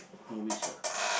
no wish ah